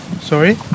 Sorry